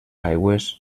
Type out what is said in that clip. aigües